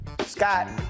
Scott